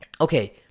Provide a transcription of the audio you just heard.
okay